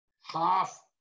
half